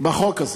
בחוק הזה.